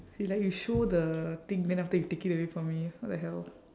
it's like you show the thing then after you take it away from me what the hell